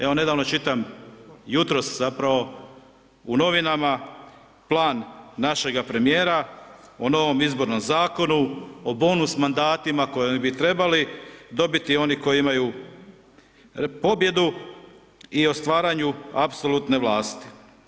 Evo, nedavno čitam, jutros zapravo, u novinama plan našega premijera o novom Izbornom zakonu, o bonus mandatima koje bi trebali dobiti oni koji imaju pobjedu i stvaranju apsolutne vlasti.